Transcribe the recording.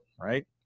Right